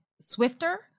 swifter